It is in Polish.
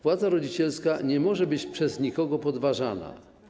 Władza rodzicielska nie może być przez nikogo podważana.